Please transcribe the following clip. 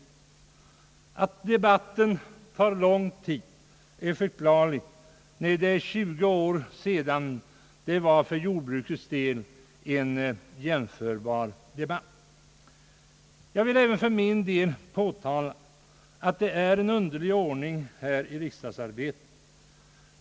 Det är förklarligt att debatten tar lång tid när det är 20 år sedan det förekom en för jordbrukets del jämförbar debatt. Jag vill för min del även påtala att det råder en underlig ordning ' här i riksdagsarbetet.